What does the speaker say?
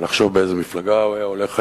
ולחשוב לאיזו מפלגה הוא היה הולך היום.